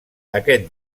aquest